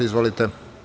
Izvolite.